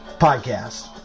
Podcast